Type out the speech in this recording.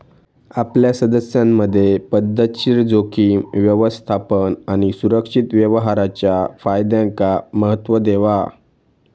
आपल्या सदस्यांमधे पध्दतशीर जोखीम व्यवस्थापन आणि सुरक्षित व्यवहाराच्या फायद्यांका महत्त्व देवा